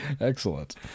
excellent